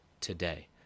today